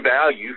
value